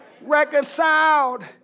Reconciled